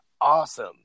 awesome